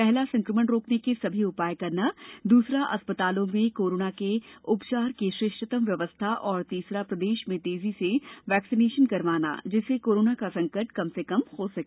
पहला संक्रमण रोकने के सभी उपाय करना दूसरा अस्पतालों में कोरोना के उपचार की श्रेष्ठतम व्यवस्था और तीसरा प्रदेश में तेजी से वैक्सीनेशन करवाना जिससे कोरोना का संकट कम से कम हो सके